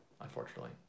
unfortunately